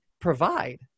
provide